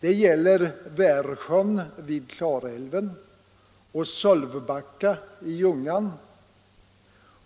Det gäller Värsjön vid Klarälven och Sölvbacka i Ljungan.